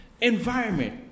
environment